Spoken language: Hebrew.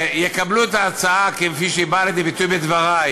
שיקבלו את ההצעה כפי שהיא באה לידי ביטוי בדברי,